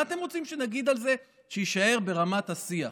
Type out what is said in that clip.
מה אתם רוצים שנגיד על זה שיישאר ברמת השיח?